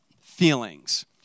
feelings